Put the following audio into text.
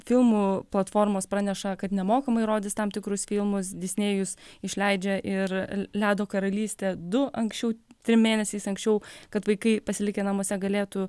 filmų platformos praneša kad nemokamai rodys tam tikrus filmus disnėjus išleidžia ir ledo karalystė du anksčiau trim mėnesiais anksčiau kad vaikai pasilikę namuose galėtų